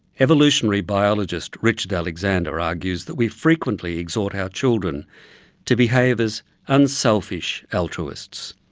evolutionary biologist richard alexander argues that we frequently exhort our children to behave as unselfish altruists,